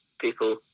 people